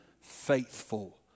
faithful